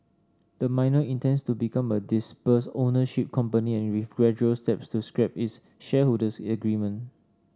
the miner intends to become a dispersed ownership company with gradual steps to scrap its shareholders agreement